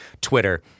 Twitter